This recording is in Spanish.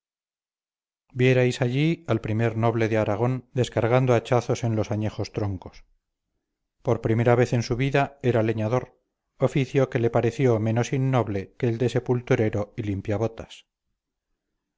vierais allí al primer noble de aragón descargando hachazos en los añejos troncos por primera vez en su vida era leñador oficio que le pareció menos innoble que el de sepulturero y limpiabotas